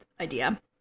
idea